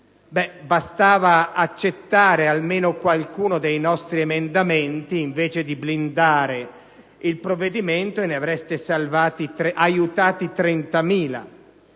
Bastava accettare qualcuno dei nostri emendamenti, invece di blindare il provvedimento, e ne avreste aiutate 30.000.